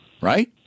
right